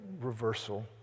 reversal